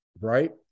Right